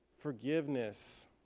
Forgiveness